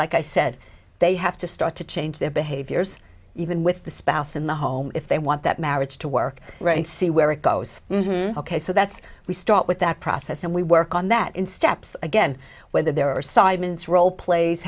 like i said they have to start to change their behaviors even with the spouse in the home if they want that marriage to work right and see where it goes ok so that's we start with that process and we work on that in steps again whether there are side wins role plays